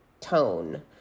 tone